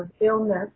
illness